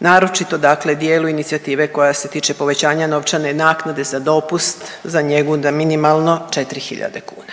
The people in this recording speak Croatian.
naročito dakle dijelu inicijative koja se tiče povećanja novčane naknade za dopust za njegu da minimalno 4 hiljade kuna.